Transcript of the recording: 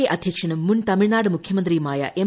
K അധ്യക്ഷനും മുൻ തമിഴ്നാട് മുഖ്യമന്ത്രിയുമായ എം